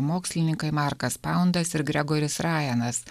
mokslininkai markas paudas ir gregoris rajanas